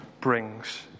brings